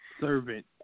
Servant